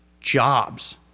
jobs